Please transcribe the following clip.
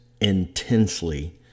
intensely